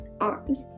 arms